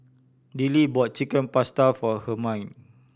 Dillie bought Chicken Pasta for Hermine